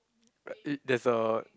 like it that's a